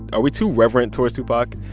are we too reverent towards tupac?